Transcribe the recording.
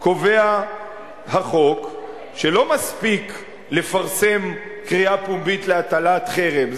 קובע החוק שלא מספיק לפרסם קריאה פומבית להטלת חרם.